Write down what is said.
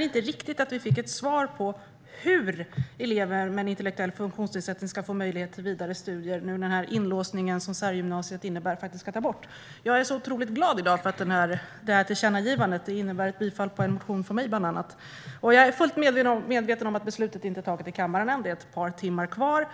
fick inte riktigt svar på hur elever med en intellektuell funktionsnedsättning ska få möjlighet till vidare studier, nu när den inlåsning som särgymnasiet innebär ska tas bort. Jag är otroligt glad i dag över det tillkännagivandet. Det innebär bifall på en motion från bland andra mig. Jag är fullt medveten om att beslutet inte är taget i kammaren än. Det är ett par timmar kvar.